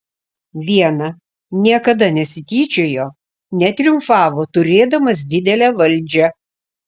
viena niekada nesityčiojo netriumfavo turėdamas didelę valdžią